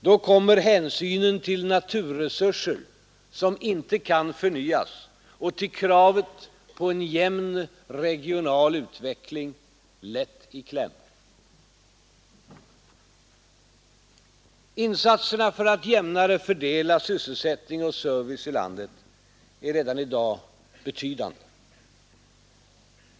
Då kommer hänsynen till naturresurser som inte kan förnyas och till kravet på en jämn regional utveckling lätt i kläm. Insatserna för att jämnare fördela sysselsättning och service i landet är redan i dag betydande.